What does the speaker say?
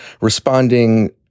responding